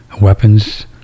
weapons